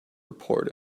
report